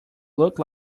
look